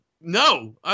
No